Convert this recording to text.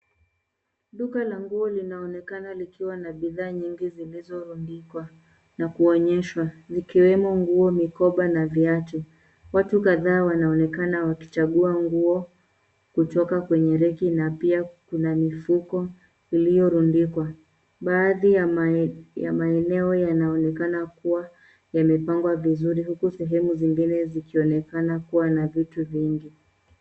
Duka la nguo linaonekana likiwa na bidhaa nyingi zilizorundikwa na kuonyeshwa ikiwemo nguo, mikoba na viatu. Watu kadhaa wanaonekana wakichagua nguo kutoka kwenye reki na pia kuna mifuko iliyorundikwa. Baadhi ya maeneo yanaonekana kuwa yamepangwa vizuri huku seheme zingine zikionekana kuwa na vitu vingi.